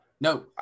No